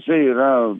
čia yra